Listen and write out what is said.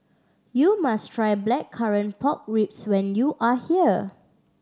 you must try Blackcurrant Pork Ribs when you are here